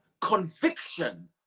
conviction